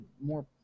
more